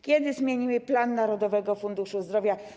Kiedy zmienimy plan Narodowego Funduszu Zdrowia?